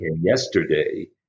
yesterday